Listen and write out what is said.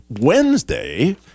Wednesday